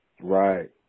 Right